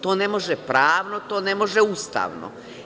To ne može pravno, to ne može ustavno.